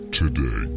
today